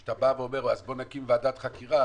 כשאתה אומר: אז בואו נקים ועדת חקירה,